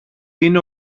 είναι